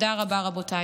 תודה רבה, רבותיי.